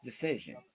decision